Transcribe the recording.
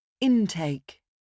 Intake